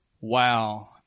Wow